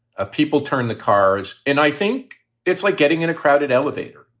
ah people turn the cars in. i think it's like getting in a crowded elevator,